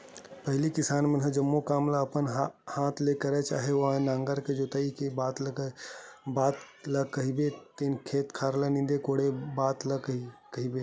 पहिली किसान मन ह जम्मो काम ल अपन हात ले करय चाहे ओ नांगर के जोतई के बात ल कहिबे ते खेत खार ल नींदे कोड़े बात ल कहिबे